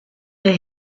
der